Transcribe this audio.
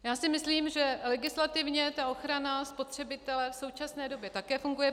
Já si myslím, že legislativně ochrana spotřebitele v současné době také funguje.